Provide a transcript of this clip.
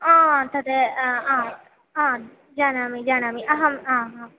आ तद् आ आ जानामि जानामि अहम् आम् आम्